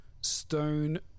stone